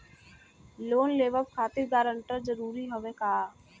Loan लेवब खातिर guarantor जरूरी हाउ का?